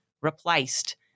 replaced